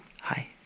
Hi